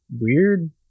weird